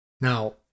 Now